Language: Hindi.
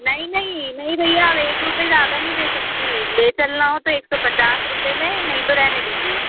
नहीं नहीं नहीं भैया एक रूपये ज़्यादा नहीं दे सकती ले चलना हो तो एक सौ पचास रुपये में नहीं तो रहने दीजिए